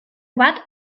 bat